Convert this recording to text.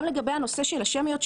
גם לגבי הנושא של השמיות,